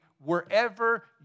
wherever